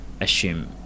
assume